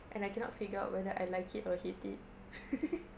and I cannot figure I like it or hate it